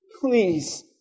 Please